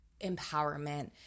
empowerment